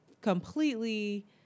completely